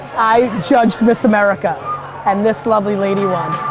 i judged miss america and this lovely ladywon.